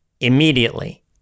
immediately